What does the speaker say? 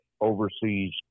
overseas